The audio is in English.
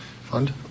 Fund